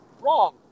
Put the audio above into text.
Wrong